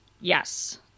yes